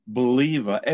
believer